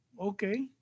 Okay